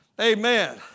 Amen